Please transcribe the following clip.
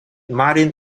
martin